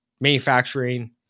manufacturing